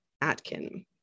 Atkin